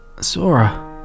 Sora